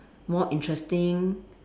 more interesting